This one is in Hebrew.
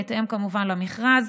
בהתאם למכרז,